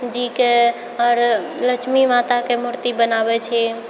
जीके आओर लक्ष्मी माताके मूर्ति बनाबै छियै